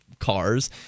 cars